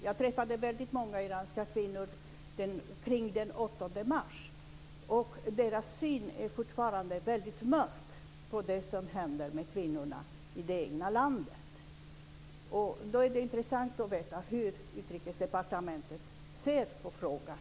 Jag träffade väldigt många iranska kvinnor omkring den 8 mars, och de har fortfarande en väldigt mörk syn på det som händer med kvinnorna i det egna landet. Det skulle vara intressant att få veta hur man från Utrikesdepartementet ser på den frågan.